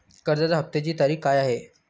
कर्जाचा हफ्त्याची तारीख काय आहे?